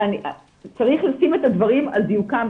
אז צריך לשים את הדברים על דיוקם.